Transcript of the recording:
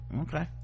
Okay